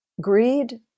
greed